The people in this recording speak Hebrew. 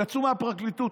יָּצאו מהפרקליטות,